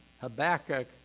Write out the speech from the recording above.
Habakkuk